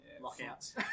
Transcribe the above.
Lockouts